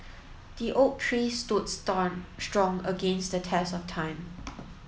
the oak tree stood strong against the test of time